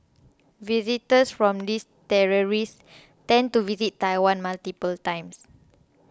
visitors from these territories tend to visit Taiwan multiple times